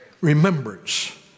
Remembrance